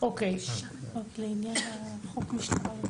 אנחנו בעיקר רוצות לשאול למה